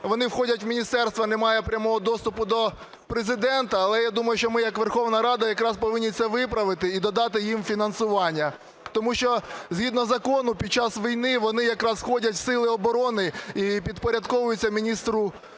вони входять в міністерство, немає прямого доступу до Президента, але я думаю, що ми як Верховна Рада якраз повинні це виправити і додати їм фінансування. Тому що, згідно закону під час війни вони якраз входять в сили оборони і підпорядковуються міністру